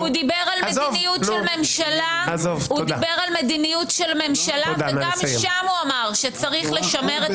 הוא דיבר על מדיניות של ממשלה וגם שם אמר שיש לשמר את